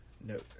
no